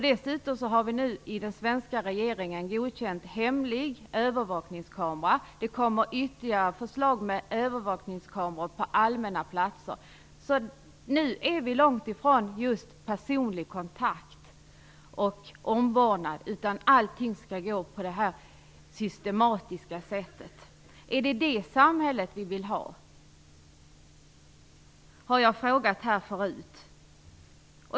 Dessutom har den svenska regeringen nu godkänt hemliga övervakningskameror, och det kommer ytterligare förslag om övervakningskameror på allmänna platser. Så nu är vi långt ifrån just personlig kontakt och omvårdnad. Allting skall ske på ett systematiskt sätt. Är det detta samhälle vi vill ha? Den frågan har jag ställt här förut.